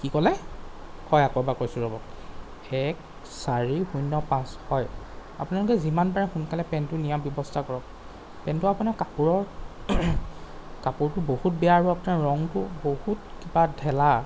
কি ক'লে হয় আকৌ এবাৰ কৈছোঁ ৰ'ব এক চাৰি শূন্য পাঁচ হয় আপোনালোকে যিমান পাৰে সোনকালে পেণ্টটো নিয়াৰ ব্যৱস্থা কৰক পেনটো আপোনাৰ কাপোৰৰ কাপোৰটো বহুত বেয়া আৰু আপোনাৰ ৰঙটো বহুত কিবা ঢেলা